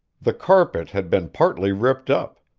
the carpet had been partly ripped up,